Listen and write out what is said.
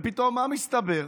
ופתאום, מה מסתבר?